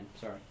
Sorry